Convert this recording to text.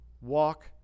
walk